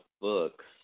books